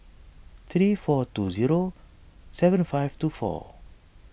three four two zero seven five two four